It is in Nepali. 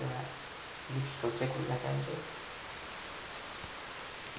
एउटा गिफ्ट स्टोर चाहिँ खोल्न चाहन्छु